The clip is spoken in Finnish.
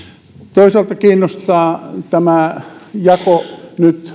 toisaalta kiinnostaa tämä jako nyt